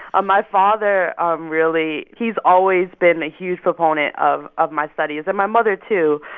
ah my father really he's always been a huge proponent of of my studies, and my mother, too.